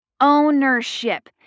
ownership